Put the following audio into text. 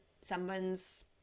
someone's